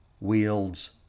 wields